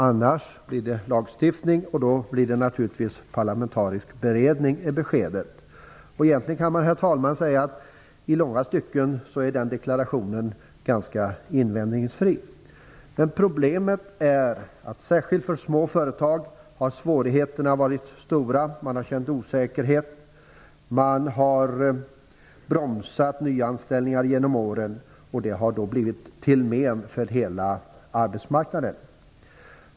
Annars blir det lagstiftning, och då blir det naturligtvis parlamentarisk beredning, är beskedet. Egentligen kan man säga, herr talman, att den deklarationen i långa stycken är ganska invändningsfri. Problemet är att svårigheterna har varit stora, särskilt för småföretag. Man har känt osäkerhet. Man har bromsat nyanställningar genom åren, och det har blivit till men för hela arbetsmarknaden.